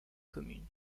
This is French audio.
commune